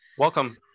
Welcome